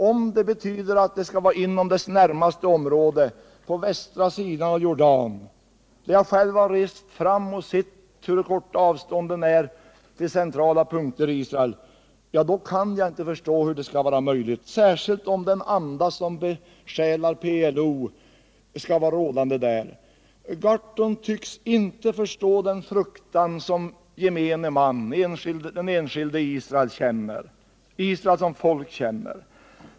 Om det betyder att Israels närmaste område, alltså på västra sidan om Jordan — där jag själv har varit och sett hur korta avstånden är till centrala punkter i Israel — kan jag inte förstå hur det skall vara möjligt, speciellt om den anda som besjälar PLO skall vara rådande. Per Gahrton tycks inte förstå den fruktan som gemene man, enskilda människor i Israel och Israels hela folk känner.